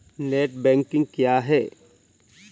Net banking क्या है?